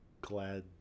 glad